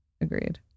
Agreed